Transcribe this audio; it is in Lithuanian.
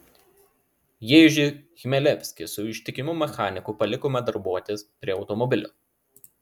ježį chmelevskį su ištikimu mechaniku palikome darbuotis prie automobilio